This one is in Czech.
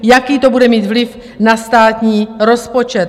Jaký to bude mít vliv na státní rozpočet?